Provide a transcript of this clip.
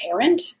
parent